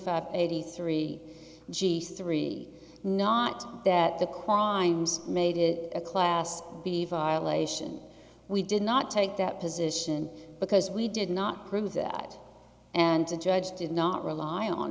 five eighty three g story not that the crimes made it a class b violation we did not take that position because we did not prove that and to judge did not rely on